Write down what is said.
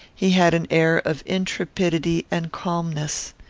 he had an air of intrepidity and calmness.